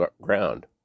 ground